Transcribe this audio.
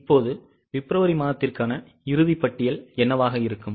இப்போது பிப்ரவரி மாதத்திற்கான இறுதி பட்டியல் என்னவாக இருக்கும்